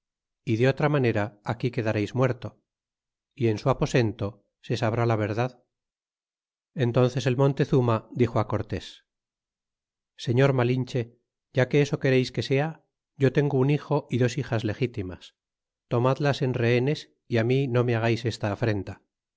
y de otra manera aquí quedareis muerto y en su aposento se sabrá la verdad y entónces el montezurna dixo cortés señor melindre ya que eso quereis que sea yo tengo un hijo y dos hijas legitimas tomadlas en rehenes y mí no me hagais esta afrenta